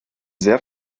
sehr